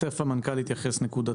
השר לפיתוח הפריפריה, הנגב